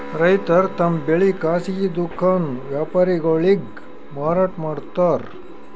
ರೈತರ್ ತಮ್ ಬೆಳಿ ಖಾಸಗಿ ದುಖಾನ್ ವ್ಯಾಪಾರಿಗೊಳಿಗ್ ಮಾರಾಟ್ ಮಾಡ್ತಾರ್